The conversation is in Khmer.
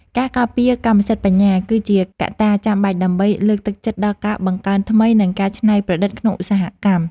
ការការពារកម្មសិទ្ធិបញ្ញា គឺជាកត្តាចាំបាច់ដើម្បីលើកទឹកចិត្តដល់ការបង្កើតថ្មី និងការច្នៃប្រឌិតក្នុងឧស្សាហកម្ម។